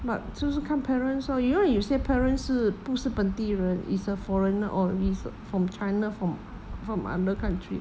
but 就是看 parents you know 有些 parents 不是本地人 is a foreigner or is from china from from other country